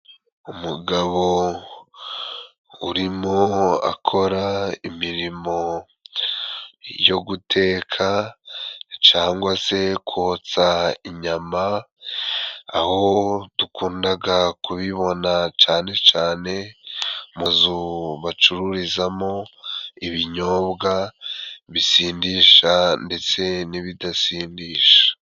Umugabo urimo akora imirimo yo guteka cangwa se kotsa inyama, aho dukundaga kubibona cane cane mu inzu babacururizamo ibinyobwa bisindisha ndetse n'ibidasindisha.